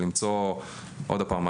עוד הפעם,